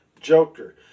Joker